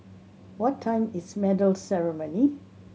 what time is medal ceremony